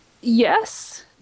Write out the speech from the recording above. yes